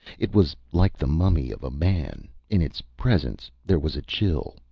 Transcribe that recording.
it was like the mummy of a man. in its presence there was a chill,